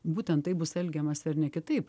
būtent taip bus elgiamasi ar ne kitaip